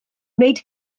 wneud